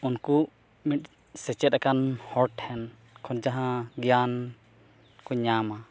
ᱩᱱᱠᱩ ᱢᱤᱫ ᱥᱮᱪᱮᱫ ᱟᱠᱟᱱ ᱦᱚᱲᱴᱷᱮᱱ ᱠᱷᱚᱱ ᱡᱟᱦᱟᱸ ᱜᱮᱭᱟᱱ ᱠᱚ ᱧᱟᱢᱟ